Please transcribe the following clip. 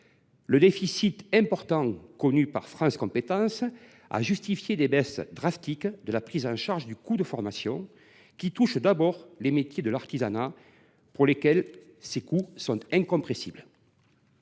le déficit important de France Compétences a justifié des baisses drastiques de la prise en charge du coût de formation qui touchent d’abord les métiers de l’artisanat, pour lesquels ces coûts sont incompressibles.